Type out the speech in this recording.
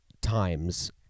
times